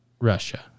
Russia